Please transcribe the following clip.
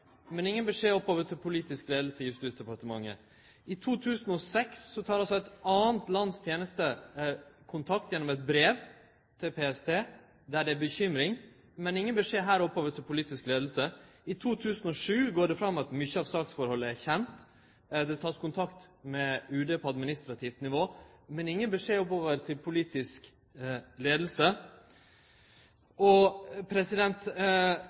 men ingen beskjed oppover til den politiske leiinga i Justisdepartementet. I 2006 tek eit anna lands teneste kontakt gjennom eit brev til PST, der det er ei bekymring, men ingen beskjed oppover til den politiske leiinga. I 2007 går det fram at mykje av saksforholdet er kjent. Det vert teke kontakt med UD på administrativt nivå, men ingen beskjed